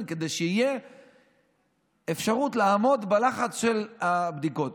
כדי שתהיה אפשרות לעמוד בלחץ של הבדיקות.